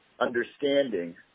understanding